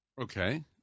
Okay